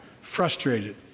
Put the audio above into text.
frustrated